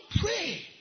pray